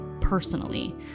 personally